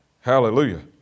Hallelujah